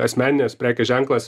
asmeninės prekės ženklas